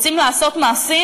רוצים לעשות מעשים?